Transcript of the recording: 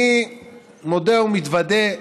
אני מודה ומתוודה: